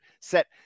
set